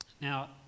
Now